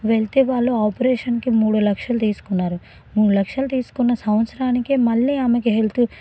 వెళ్తే వాళ్ళు ఆపరేషన్కి మూడు లక్షలు తీసుకున్నారు మూడు లక్షలు తీసుకున్న సంవత్సారానికే మళ్ళీ ఆమెకు హెల్తు